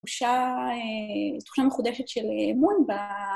תחושה מחודשת של אמון ב...